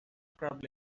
scrub